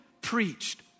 preached